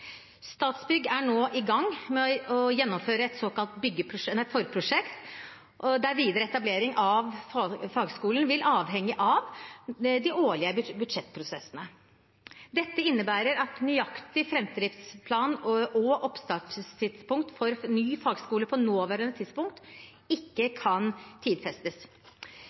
Statsbygg er nå i gang med å gjennomføre et såkalt forprosjekt, der videre etablering av fagskolen vil avhenge av de årlige budsjettprosessene. Dette innebærer at nøyaktig framdriftsplan og oppstartstidspunkt for ny fagskole på nåværende tidspunkt ikke kan tidfestes.